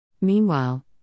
Meanwhile